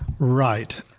Right